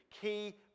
key